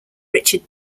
richard